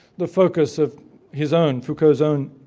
the focus of his own, foucault's own,